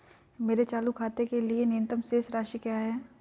मेरे चालू खाते के लिए न्यूनतम शेष राशि क्या है?